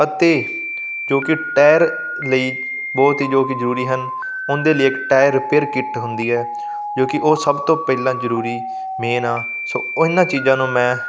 ਅਤੇ ਜੋ ਕਿ ਟਾਇਰ ਲਈ ਬਹੁਤ ਹੀ ਜੋ ਕਿ ਜ਼ਰੂਰੀ ਹਨ ਉਹਦੇ ਲਈ ਇੱਕ ਟਾਇਰ ਰਿਪੇਅਰ ਕਿੱਟ ਹੁੰਦੀ ਹੈ ਜੋ ਕਿ ਉਹ ਸਭ ਤੋਂ ਪਹਿਲਾਂ ਜ਼ਰੂਰੀ ਮੇਨ ਆ ਸੋ ਇਹਨਾਂ ਚੀਜ਼ਾਂ ਨੂੰ ਮੈਂ